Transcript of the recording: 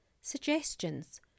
Suggestions